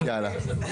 יאללה.